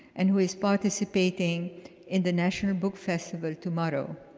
and who is participating in the national book festival tomorrow.